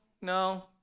no